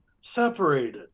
separated